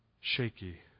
shaky